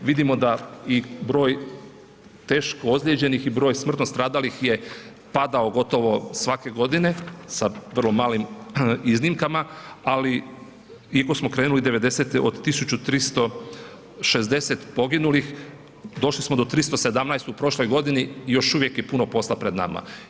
Vidimo da i broj teško ozlijeđenih i broj smrtno stradalih je padao gotovo svake godine sa vrlo malim iznimkama, ali iako smo krenuli od 90.-e od 1360 poginulih, došli smo do 317 u prošloj godini, još uvijek je puno posla pred nama.